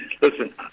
listen